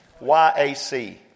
Y-A-C